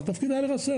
אבל התפקיד היה לרסן,